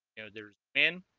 you know there's n